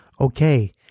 okay